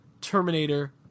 Terminator